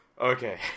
Okay